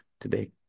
today